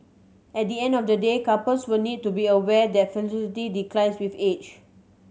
at the end of the day couples will need to be aware that fertility declines with age